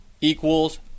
equals